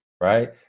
Right